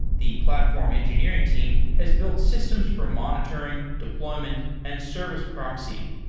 the platform engineering team has built systems for monitoring, deployment and service proxying.